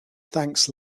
thanks